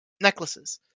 necklaces